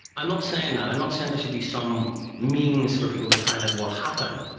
i'm not saying that, i'm not saying there should be some means for people to find out what happened,